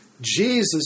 Jesus